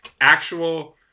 Actual